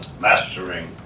mastering